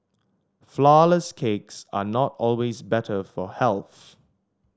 flourless cakes are not always better for health